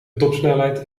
topsnelheid